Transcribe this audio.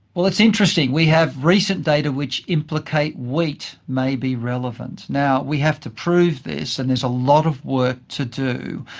well, it's interesting, we have recent data which implicate wheat may be relevant. we have to prove this, and there's a lot of work to do,